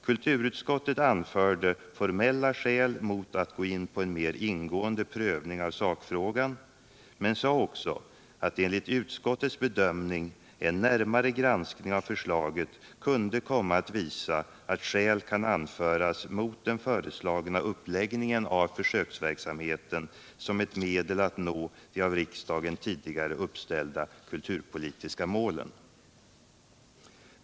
Kulturutskottet anförde formella skäl mot att gå in på en mer omfattande prövning av sakfrågan men sade också att enligt utskottets bedömning en närmare granskning av förslaget kunde komma att visa att skäl kan anföras mot den föreslagna uppläggningen av försöksverksamheten som - ett medel att nå de av riksdagen tidigare uppställda kulturpolitiska målen.